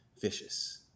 vicious